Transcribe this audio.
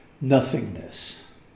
nothingness